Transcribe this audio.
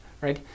right